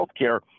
Healthcare